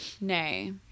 nay